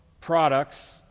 products